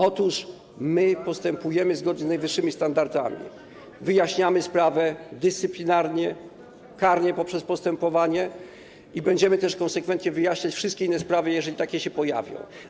Otóż my postępujemy w zgodzie z najwyższymi standardami, wyjaśniamy tę sprawę dyscyplinarnie, karnie, poprzez postępowanie, i będziemy też konsekwentnie wyjaśniać wszystkie inne sprawy, jeżeli takie się pojawią.